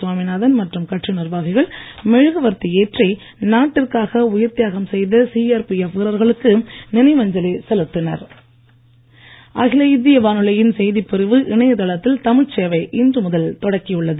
சாமிநாதன் மற்றும் கட்சி நிர்வாகிகள் மெழுகுவர்த்தி ஏற்றி நாட்டிற்காக உயிர்த் தியாகம் செய்த சிஆர்பிஎப் வீரர்களுக்கு நினைவஞ்சலி செலுத்தினர் அகில இந்திய வானொலியின் செய்திபிரிவு இணையதளத்தில் தமிழ்ச் சேவை இன்று முதல் தொடங்கியுள்ளது